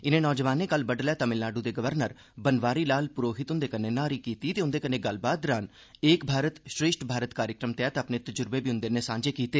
इनें नोजवानें कल बडलै तमिलनाडू दे गवर्नर बनवारी लाल पुरोहित हुंदे ''न्हारी'' कीती उंदे कन्नै गल्लबात कीती ते एक भारत श्रेष्ठ भारत कार्यक्रम तैह्त अपने तजुर्बे बी उंदे नै सांझे कीते